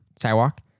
sidewalk